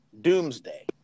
Doomsday